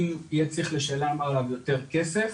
אם יהיה צריך לשלם עליו יותר כסף